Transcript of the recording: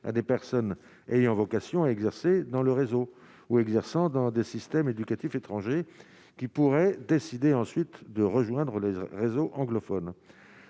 à des personnes ayant vocation à exercer dans le réseau ou exerçant dans des systèmes éducatifs étrangers qui pourraient décider ensuite de rejoindre le réseau anglophone,